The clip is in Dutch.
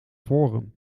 forum